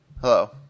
Hello